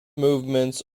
movements